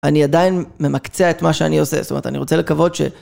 אני עדיין ממקצע את מה שאני עושה, זאת אומרת, אני רוצה לקוות ש...